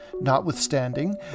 notwithstanding